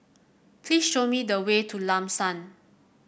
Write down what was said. please show me the way to Lam San